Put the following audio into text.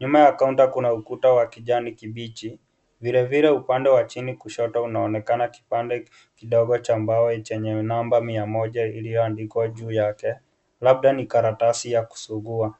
Nyuma ya kaunta kuna ukuta wa kijani kibichi. Vile vile upande wa chini kushoto unaonekana kipande kidogo cha mbao chenye namba mia moja iliyoandikwa juu yake, labda ni karatasi ya kusugua.